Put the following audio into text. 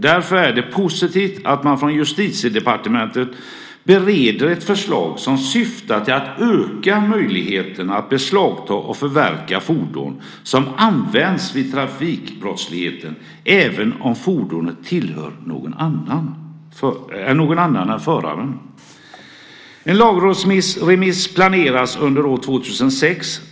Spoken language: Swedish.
Därför är det positivt att man i Justitiedepartementet bereder ett förslag som syftar till att öka möjligheterna att beslagta och förverka fordon som används vid trafikbrottslighet även om fordonet tillhör någon annan än föraren. En lagrådsremiss planeras under år 2006.